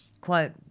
Quote